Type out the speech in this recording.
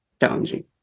challenging